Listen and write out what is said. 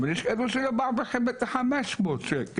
אבל יש כאלה שלא מרוויחים את ה-500 שקלים.